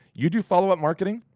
you do follow-up marketing,